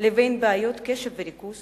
לבין בעיות קשב וריכוז